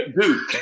Dude